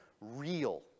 real